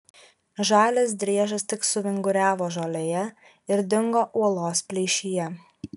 žalias driežas tik suvinguriavo žolėje ir dingo uolos plyšyje